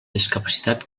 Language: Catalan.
discapacitat